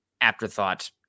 afterthought